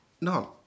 No